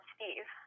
Steve